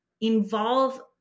involve